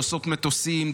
נושאות מטוסים,